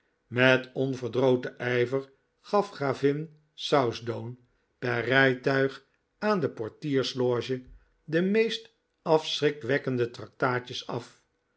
met onverdroten ijver gaf gravin southdown per rijtuig aan de portiersloge de meest afschrikwekkende tractaatjes af